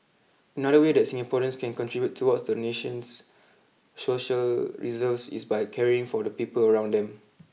another way that Singaporeans can contribute towards the nation's social reserves is by caring for the people around them